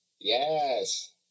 Yes